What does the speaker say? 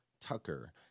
Tucker